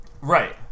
Right